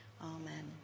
Amen